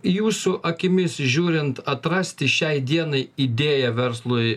jūsų akimis žiūrint atrasti šiai dienai idėją verslui